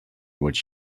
what